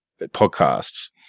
podcasts